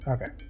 Okay